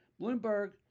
Bloomberg